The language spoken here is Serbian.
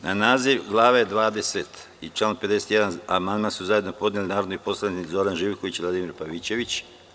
Na naziv glave XX. i član 51. amandman su zajedno podneli narodni poslanici Zoran Živković i Vladimir Pavićević.